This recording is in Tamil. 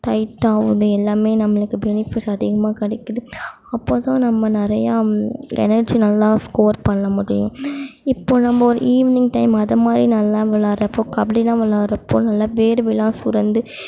டைட்டா ஆகும் எல்லாம் நம்மளுக்கு பெனிஃபிட்ஸ் அதிகமாக கிடைக்கிது அப்போதுதான் நம்ம நிறையா எனர்ஜி நல்லா ஸ்கோர் பண்ண முடியும் இப்போது நம்ம ஒரு ஈவினிங் டைம் அதுமாரி நல்லா விளயாடுறப்போ கபடிலாம் விளயாடுறப்போ நல்லா வேர்வைலாம் சுரந்து